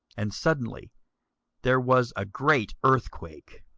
and suddenly there was a great earthquake,